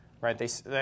right